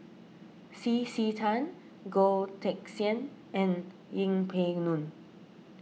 C C Tan Goh Teck Sian and Yeng Pway Ngon